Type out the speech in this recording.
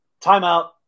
Timeout